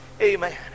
Amen